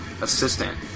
assistant